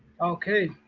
Okay